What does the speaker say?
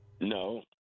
No